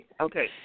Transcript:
Okay